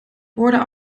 borden